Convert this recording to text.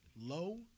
low